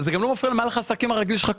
זה גם לא מפריע למהלך העסקים הרגיל שלך.